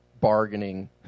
bargaining